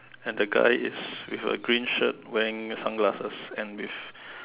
and the guy is with a green shirt wearing sunglasses and with